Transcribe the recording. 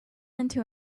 into